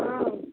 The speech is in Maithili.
हँ